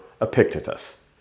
Epictetus